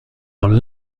dans